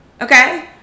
Okay